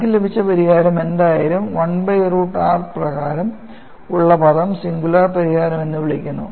നമുക്ക് ലഭിച്ച പരിഹാരം എന്തായാലും 1 ബൈ റൂട്ട് r പ്രകാരം ഉള്ള പദം സിംഗുലാർ പരിഹാരം എന്ന് വിളിക്കുന്നു